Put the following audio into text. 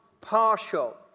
partial